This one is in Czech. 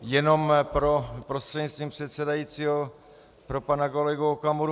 Jenom prostřednictvím předsedajícího pro pana kolegu Okamuru.